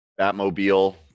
Batmobile